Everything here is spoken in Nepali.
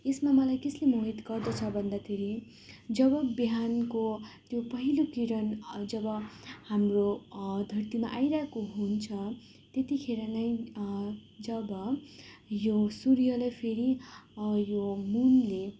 यसमा मलाई कसले मोहित गर्दछ भन्दाखेरि जब बिहानको त्यो पहिलो किरण जब हाम्रो धर्तीमा आइरहेको हुन्छ त्यतिखेर नै जब यो सूर्यले फेरि यो मुनले